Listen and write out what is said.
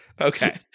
Okay